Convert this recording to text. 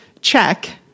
check